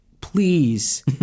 Please